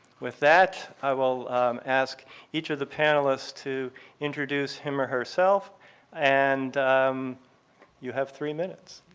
with that, i will ask each of the panelists to introduce him or herself and you have three minutes.